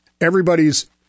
Everybody's